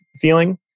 feeling